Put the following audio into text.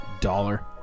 Dollar